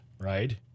right